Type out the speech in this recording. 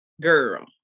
Girl